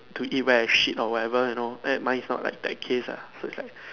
to eat where I shit or whatever you know eh mine is not like that case lah so it's like